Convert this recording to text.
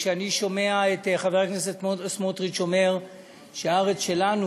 כשאני שומע את חבר הכנסת סמוטריץ אומר שהארץ שלנו,